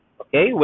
okay